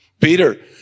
Peter